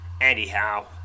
Anyhow